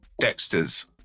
Dexter's